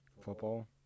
Football